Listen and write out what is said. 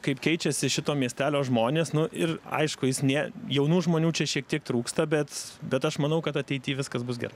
kaip keičiasi šito miestelio žmonės nu ir aišku jis nė jaunų žmonių čia šiek tiek trūksta bet bet aš manau kad ateity viskas bus gerai